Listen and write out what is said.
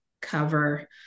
cover